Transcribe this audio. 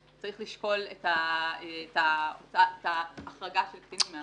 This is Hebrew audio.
צריך לשקול את ההחרגה של קטינים מההרחבה שנעשתה כאן במהלך הדיון.